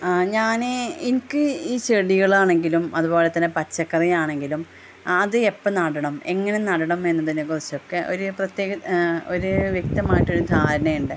ആ ഞാന് എനിക്ക് ഈ ചെടികളാണെങ്കിലും അതുപോലെ തന്നെ പച്ചക്കറിയാണെങ്കിലും അത് എപ്പോള് നടണം എങ്ങനെ നടണം എന്നതിനെ കുറിച്ചൊക്കെ ഒരു പ്രത്യേക ഒരു വ്യക്തമായിട്ടൊരു ധാരണയുണ്ട്